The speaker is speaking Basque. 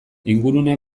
ingurune